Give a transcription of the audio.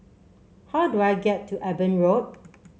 how do I get to Eben Road